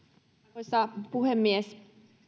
arvoisa puhemies